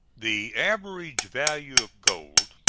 the average value of gold,